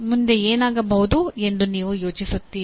ಮುಂದೆ ಏನಾಗಬಹುದು ಎಂದು ನೀವು ಯೋಚಿಸುತ್ತೀರಿ